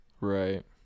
right